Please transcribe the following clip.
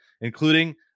including